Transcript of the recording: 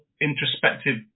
introspective